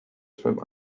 from